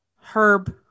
Herb